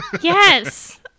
yes